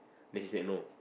then she said no